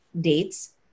dates